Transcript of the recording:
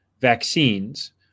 vaccines